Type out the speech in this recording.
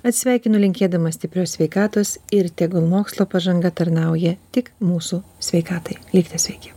atsisveikinu linkėdama stiprios sveikatos ir tegul mokslo pažanga tarnauja tik mūsų sveikatai likite sveiki